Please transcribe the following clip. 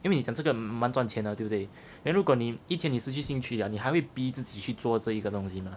因为你讲这个蛮赚钱的对不对 then 如果你一天你失去兴趣了你还会逼自己去做这一个东西 mah